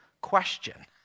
question